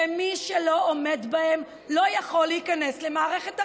ומי שלא עומד בהן לא יכול להיכנס למערכת החינוך.